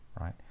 right